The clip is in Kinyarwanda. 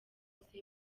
bose